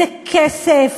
זה כסף,